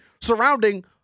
surrounding